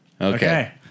Okay